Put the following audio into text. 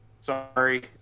Sorry